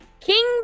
King